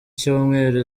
cyumweru